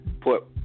put